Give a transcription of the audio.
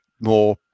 more